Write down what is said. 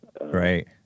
Right